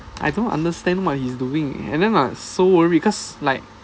I don't understand what he's doing and then like so worried because like